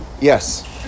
Yes